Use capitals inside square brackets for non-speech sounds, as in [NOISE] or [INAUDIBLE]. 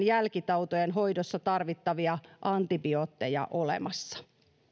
[UNINTELLIGIBLE] jälkitautien hoidossa tarvittavia antibiootteja olemassa